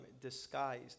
disguised